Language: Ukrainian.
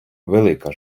велика